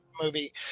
movie